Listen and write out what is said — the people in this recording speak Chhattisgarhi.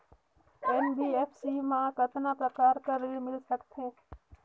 एन.बी.एफ.सी मा कतना प्रकार कर ऋण मिल सकथे?